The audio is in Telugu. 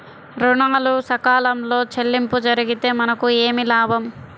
ఋణాలు సకాలంలో చెల్లింపు జరిగితే మనకు ఏమి లాభం?